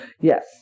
Yes